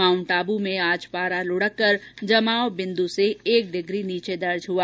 mount Abu में आज पारा लढककर जमावबिन्दु से एक डिग्री नीचे दर्ज हुआ